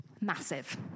Massive